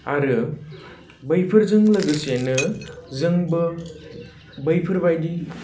आरो बैफोरजों लोगोसेनो जोंबो बैफोरबायदि